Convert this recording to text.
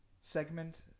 segment